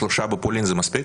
שלושה בפולין זה מספיק?